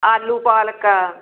ਆਲੂ ਪਾਲਕ ਆ